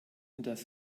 das